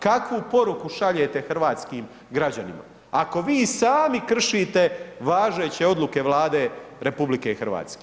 Kakvu poruku šaljete hrvatskim građanima ako vi sami kršite važeće odluke Vlade RH?